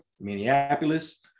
Minneapolis